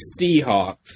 Seahawks